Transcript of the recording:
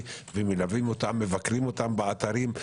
מלווים אותם, מבקרים אותם באתרים.